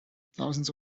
thousands